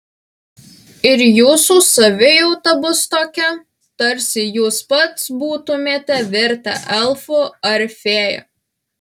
ir jūsų savijauta bus tokia tarsi jūs pats būtumėte virtę elfu ar fėja